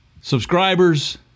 subscribers